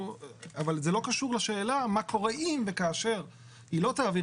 זה לא קשור לשאלה מה קורה אם וכאשר היא לא תעביר